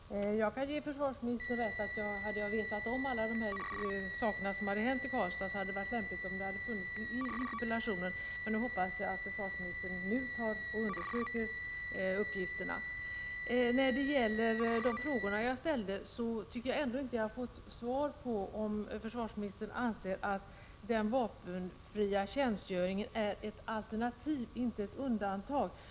Herr talman! Jag kan ge försvarsministern rätt i att om jag hade vetat om allt det som hänt i Karlstad, hade det varit lämpligt att jag hade tagit upp det i interpellationen. Men jag hoppas att försvarsministern nu undersöker uppgifterna. Jag tycker inte att jag har fått svar på om försvarsministern anser att den vapenfria tjänstgöringen är ett alternativ — inte ett undantag.